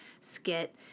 skit